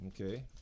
Okay